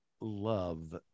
love